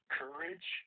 courage